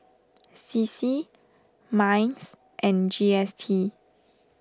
C C Minds and G S T